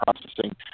processing